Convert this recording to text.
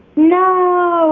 no!